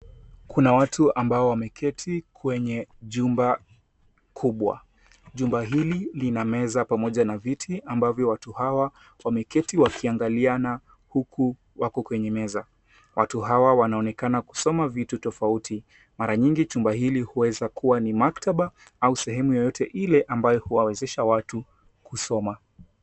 Kuna watu ambao wameketi kwenye jumba kubwa. Jumba hili lina meza pamoja na viti ambavyo watu hawa wameketi wakiangaliana huku wako kwenye meza. Watu hawa wanaonekana kusoma vitu tofauti. Mara nyingi chumba hiki huweza kuwa ni maktaba au sehemu yote ile ambayo huwawezesha watu kusoma.